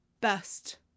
best